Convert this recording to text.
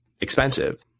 expensive